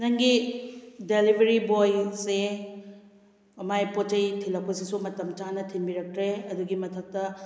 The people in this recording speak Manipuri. ꯅꯪꯒꯤ ꯗꯦꯂꯤꯕꯔꯤ ꯕꯣꯏꯁꯦ ꯃꯥꯒꯤ ꯄꯣꯠꯆꯩ ꯊꯤꯜꯂꯛꯄꯁꯤꯁꯨ ꯃꯇꯝ ꯆꯥꯅ ꯊꯤꯟꯕꯤꯔꯛꯇ꯭ꯔꯦ ꯑꯗꯨꯒꯤ ꯃꯊꯛꯇ